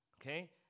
Okay